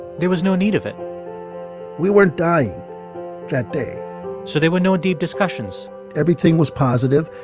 there was no need of it we weren't dying that day so there were no deep discussions everything was positive.